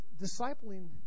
discipling